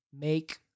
Make